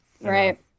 Right